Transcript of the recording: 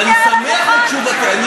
ואני שמח על תשובתך.